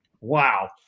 Wow